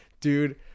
dude